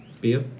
beer